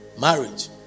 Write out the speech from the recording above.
marriage